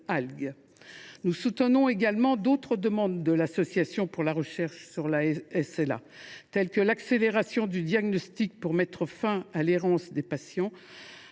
Nous soutenons également d’autres demandes de l’association pour la recherche sur la SLA, comme l’accélération du diagnostic pour mettre fin à l’errance des patients,